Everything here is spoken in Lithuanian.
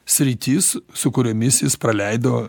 sritis su kuriomis jis praleido